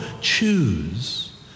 choose